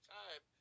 time